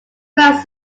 franks